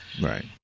right